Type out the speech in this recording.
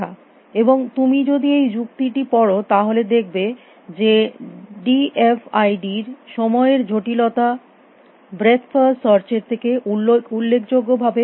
এবং তুমি যদি এই যুক্তিটি পড় তাহলে দেখবে যে ডি এফ আই ডি র সময়ের জটিলতা ব্রেথ ফার্স্ট সার্চ এর থেকে উল্লেখযোগ্য ভাবে বেশী নয়